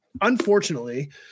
unfortunately